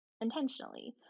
intentionally